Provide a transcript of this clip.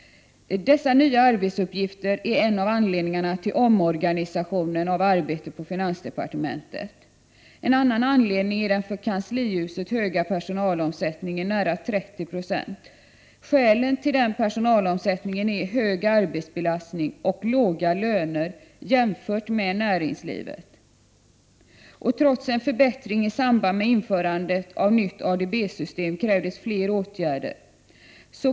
Dessa nya arbetsuppgifter är en av anledningarna till omorganisationen av arbetet på finansdepartementet. En annan anledning är den för kanslihuset höga personalomsättningen, nära 30 20. Skälen till den personalomsättningen är hög arbetsbelastning och låga löner, jämfört med i näringslivet. Trots en förbättring i samband med införandet av nytt ADB-system krävdes fler åtgärder.